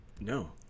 no